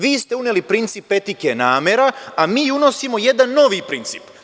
Vi ste uveli princip etike namera, a mi unosimo jedan novi princip.